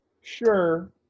Sure